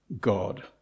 God